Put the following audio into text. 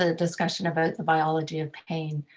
ah discussion about the biology of pain.